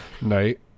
Night